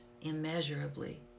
immeasurably